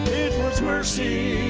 was mercy